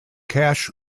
cache